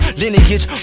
lineage